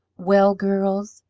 well, girls?